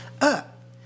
up